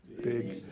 big